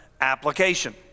application